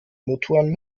motoren